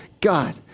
God